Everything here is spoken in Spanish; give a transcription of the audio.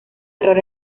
error